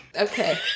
Okay